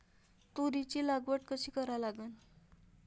तुरीची लागवड कशी करा लागन?